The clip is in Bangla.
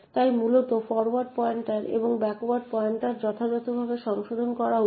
তাই মূলত ফরোয়ার্ড পয়েন্টার এবং ব্যাকওয়ার্ড পয়েন্টার যথাযথভাবে সংশোধন করা উচিত